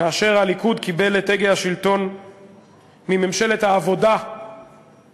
כאשר הליכוד קיבל את הגה השלטון מממשלת העבודה קדימה,